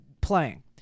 playing